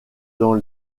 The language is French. dans